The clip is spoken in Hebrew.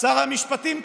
שר המשפטים,